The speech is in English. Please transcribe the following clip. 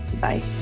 Bye